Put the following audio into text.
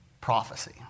prophecy